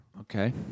Okay